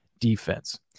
defense